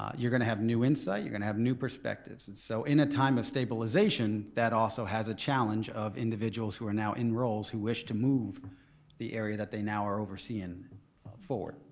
you're gonna have new insights, you're gonna have new perspectives. and so, in a time of stabilization that also has a challenge of individuals who are now in roles who wish to move the area that they now are overseeing forward.